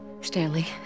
Stanley